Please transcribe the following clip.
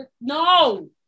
No